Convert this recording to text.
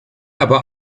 aber